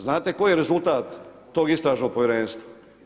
Znate koji je rezultat tog istražnog povjerenstva?